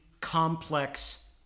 complex